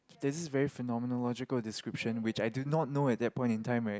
it's just very phenomenal logical description which I did not know at that point in time right